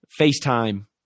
facetime